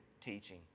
teaching